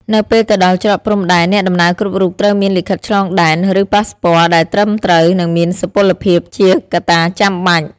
នៅពេលទៅដល់ច្រកព្រំដែន អ្នកដំណើរគ្រប់រូបត្រូវមានលិខិតឆ្លងដែន ឬប៉ាសស្ព័រដែលត្រឹមត្រូវនិងមានសុពលភាពជាកត្តាចាំបាច់។